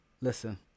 listen